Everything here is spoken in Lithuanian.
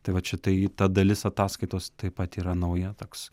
tai va čia tai ta dalis ataskaitos taip pat yra nauja toks